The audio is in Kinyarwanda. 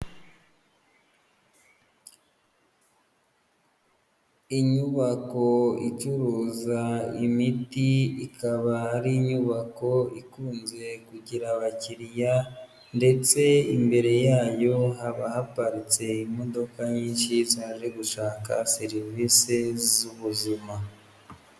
Inyubako icuruza imiti ikaba ari inyubako ikunze kugira abakiriya ndetse imbere yayo haba haparitse imodoka nyinshi zaje gushaka serivisi z'ubuzima.